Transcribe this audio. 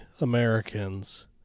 Americans